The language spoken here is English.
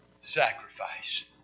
sacrifice